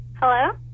Hello